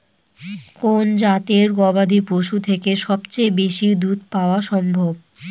কোন জাতের গবাদী পশু থেকে সবচেয়ে বেশি দুধ পাওয়া সম্ভব?